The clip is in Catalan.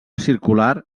circular